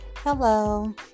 Hello